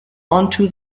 onto